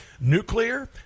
nuclear